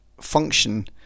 function